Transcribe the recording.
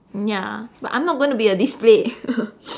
mm ya but I'm not gonna be a display